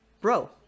Bro